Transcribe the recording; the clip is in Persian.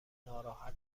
ناراحت